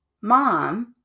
mom